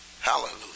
Hallelujah